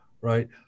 right